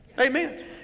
Amen